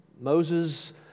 Moses